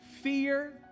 fear